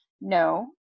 No